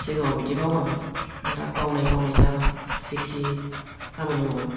सिगांआव बिदि बावामोन दा बावनाय बावनाय जाबाय जिखि खामानि मावा